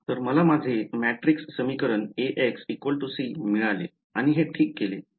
तर मला माझे मॅट्रिक्स समीकरण Ax c मिळाले आणि हे ठीक केले